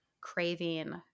craving